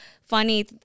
funny